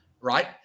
right